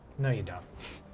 no you don't.